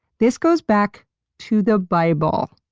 this goes back to the bible.